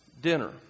dinner